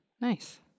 Nice